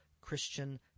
Christian